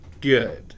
good